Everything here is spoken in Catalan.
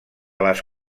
les